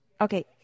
Okay